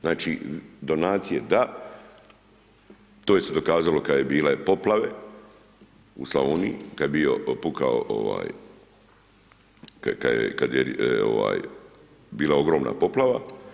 Znači donacije da, to je se dokazalo kada su bile poplave, u Slavoniji oni kad je bijo pukao, kad je bila ogromna poplava.